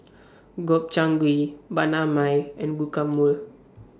Gobchang Gui Banh MI and Guacamole